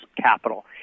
capital